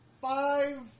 Five